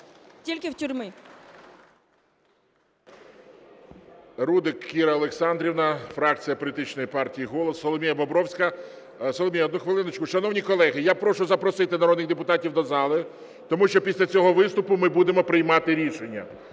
Тільки в тюрмі.